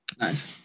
Nice